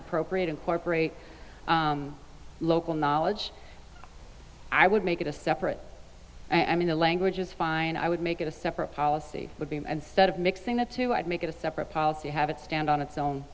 appropriate incorporate local knowledge i would make it a separate i mean the language is fine i would make it a separate policy would be and set of mixing the two i'd make it a separate policy have it stand on its own